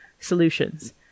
solutions